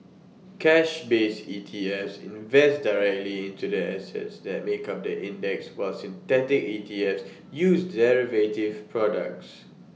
cash based ETFs invest directly into the assets that make up the index while synthetic ETFs use derivative products